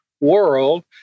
world